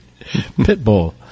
Pitbull